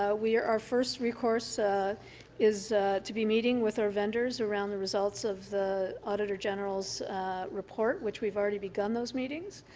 ah our first recourse ah is to be meeting with our vendors around the results of the auditor general's report which we've already begun those meetings.